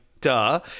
duh